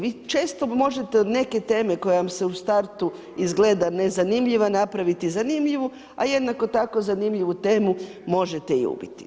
Vi često možete od neku temu koja u startu izgleda nezanimljiva, napraviti zanimljivi a jednako tako zanimljivu temu možete i ubiti.